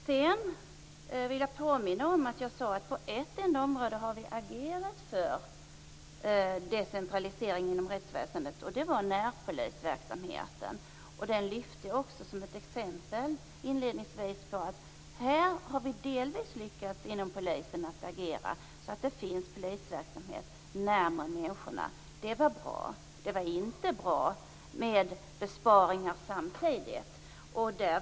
Sedan vill jag påminna om att jag sade att vi på ett enda område har agerat för decentralisering inom rättsväsendet, nämligen när det gällde närpolisverksamheten. Jag lyfte också inledningsvis fram den som ett exempel på att vi delvis lyckats agera inom polisen så att det finns polisverksamhet närmare människorna. Det var bra. Men det var inte bra med besparingar samtidigt.